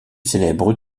célèbres